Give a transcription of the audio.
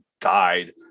died